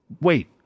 Wait